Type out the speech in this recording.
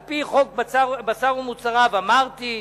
על-פי חוק בשר ומוצריו, אמרתי,